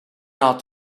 out